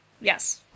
Yes